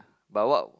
but what